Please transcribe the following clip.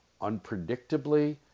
unpredictably